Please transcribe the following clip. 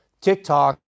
TikTok